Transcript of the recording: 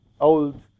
old